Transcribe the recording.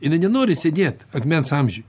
jinai nenori sėdėt akmens amžiuj